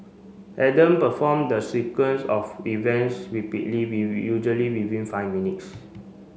Adam performed the sequence of events rapidly usually within five minutes